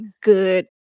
good